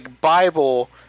Bible